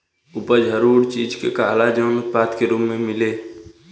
उपज हर उ चीज के कहाला जवन उत्पाद के रूप मे मिले